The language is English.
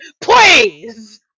Please